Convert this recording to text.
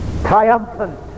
Triumphant